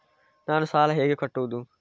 ನಾನು ಸಾಲ ಹೇಗೆ ಕಟ್ಟುವುದು?